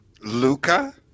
Luca